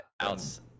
outs